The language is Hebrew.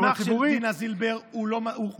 המסמך של דינה זילבר פרשן את זה אחרת.